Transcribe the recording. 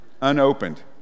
Unopened